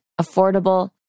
affordable